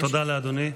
תודה לאדוני.